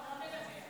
אינו נוכח.